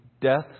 death